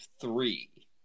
three